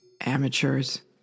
Amateurs